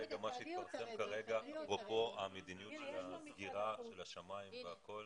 אפרופו המדיניות של הסגירה של השמים והכול?